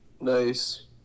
Nice